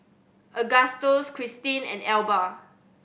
Agustus Krystin and Elba